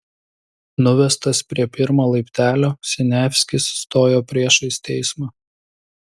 nuvestas prie pirmo laiptelio siniavskis stojo priešais teismą